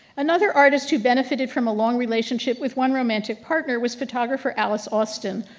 another artist who benefited from a long relationship with one romantic partner was photographer alice austen.